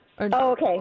Okay